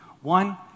One